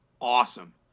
awesome